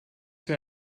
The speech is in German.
für